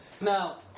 Now